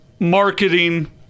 marketing